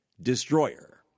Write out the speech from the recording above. destroyer